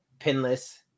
pinless